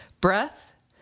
Breath